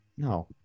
No